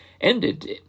ended